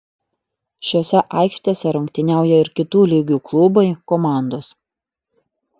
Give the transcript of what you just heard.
šiose aikštėse rungtyniauja ir kitų lygų klubai komandos